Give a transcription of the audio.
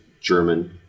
German